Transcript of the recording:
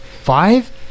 five